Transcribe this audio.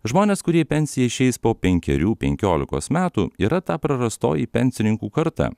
žmonės kurie į pensiją išeis po penkerių penkiolikos metų yra ta prarastoji pensininkų karta